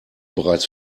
bereits